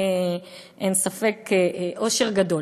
אין ספק, אושר גדול.